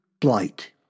Blight